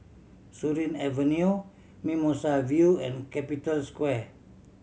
Surin Avenue Mimosa View and Capital Square